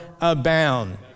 abound